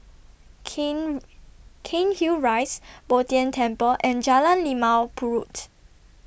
Cain Cairnhill Rise Bo Tien Temple and Jalan Limau Purut